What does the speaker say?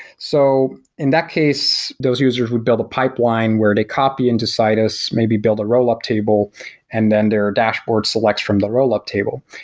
so in that case, those users would build a pipeline where they copy into citus, maybe build a rollup table and then their dashboard selects from the rollup table.